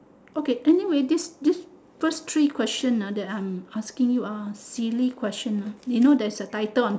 okay anyway this this first three question ah that I'm asking you are silly question ah you know there is a title on